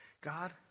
God